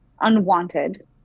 unwanted